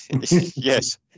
yes